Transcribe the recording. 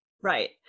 right